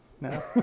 no